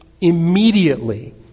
immediately